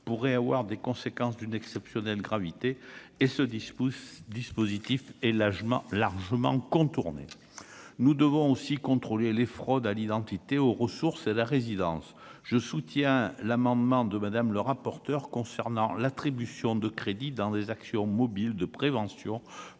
pourrait avoir des conséquences d'une exceptionnelle gravité et se dix pousse dispositif est largement, largement, nous devons aussi contrôler les fraudes à l'identité aux ressources à la résidence, je soutiens l'amendement de Madame le rapporteur concernant l'attribution de crédits dans des actions mobile de prévention